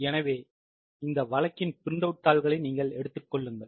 எனவே இந்த வழக்கின் பிரிண்ட் அவுட் தாள்களை நீங்கள் எடுத்துக்கொள்ளுங்கள்